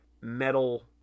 metal